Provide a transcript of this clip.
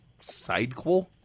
sidequel